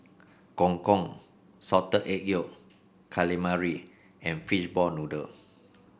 Gong Gong Salted Egg Yolk Calamari and Fishball Noodle